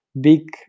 big